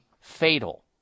fatal